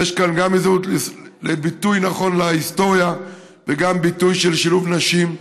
אז יש כאן גם ביטוי נכון של ההיסטוריה וגם ביטוי של שילוב נשים,